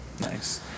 Nice